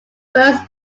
first